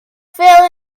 fill